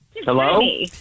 Hello